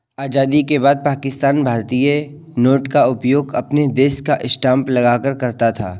आजादी के बाद पाकिस्तान भारतीय नोट का उपयोग अपने देश का स्टांप लगाकर करता था